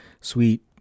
sweet